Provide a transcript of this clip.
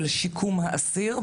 של שיקום האסיר,